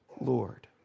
Lord